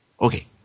Okay